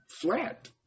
flat